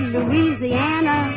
Louisiana